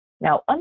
Now